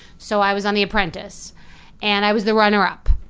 so i was on the apprentice and i was the runner up.